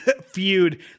feud